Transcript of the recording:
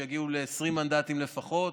שיגיעו ל-20 מנדטים לפחות.